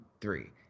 three